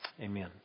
Amen